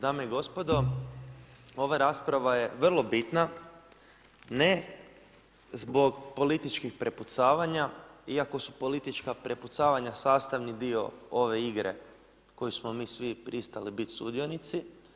Dame i gospodo, ova rasprava je vrlo bitna, ne zbog političkih prepucavanja iako su politička prepucavanja sastavni dio ove igre koje smo mi svi pristali biti sudionici.